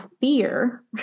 fear